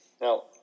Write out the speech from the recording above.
Now